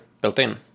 built-in